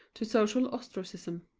to social ostracism.